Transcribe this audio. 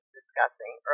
discussing